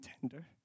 tender